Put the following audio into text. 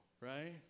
right